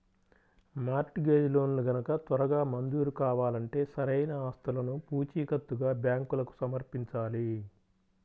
mart gauge లోన్లు గనక త్వరగా మంజూరు కావాలంటే సరైన ఆస్తులను పూచీకత్తుగా బ్యాంకులకు సమర్పించాలి